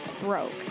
broke